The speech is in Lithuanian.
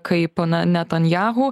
kaip na netanyahu